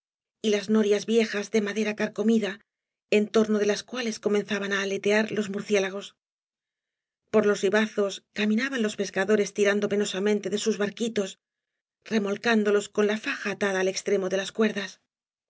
y las norias viejas de madera carcomida en torno de las cuales comenzaban á aletear los murciélagos por loa ribazos caminaban los pescadores tirando penosamente de sus barquitos remolcándolos con la faja litada al extremo de las cuerdas